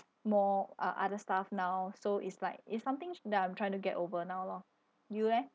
more uh other stuff now so it's like it's something sh~ that I'm trying to get over now lor you leh